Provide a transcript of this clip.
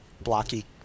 blocky